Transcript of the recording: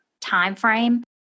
timeframe